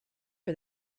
for